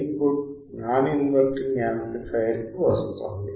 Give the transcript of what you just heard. input non inverting amplifier కి వస్తోంది